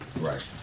Right